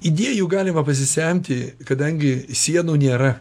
idėjų galima pasisemti kadangi sienų nėra